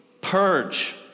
purge